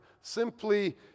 simply